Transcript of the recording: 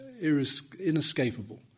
inescapable